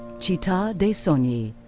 citta' dei sogni.